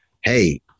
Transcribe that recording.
hey